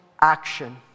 action